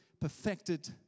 perfected